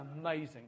amazing